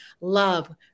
love